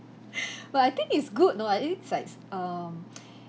but I think it's good you know I it's likes um